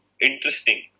interesting